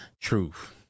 Truth